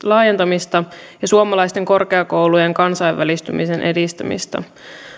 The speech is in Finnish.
laajentamista ja suomalaisten korkeakoulujen kansainvälistymisen edistämistä